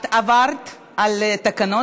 את עברת על התקנון,